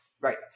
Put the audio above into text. Right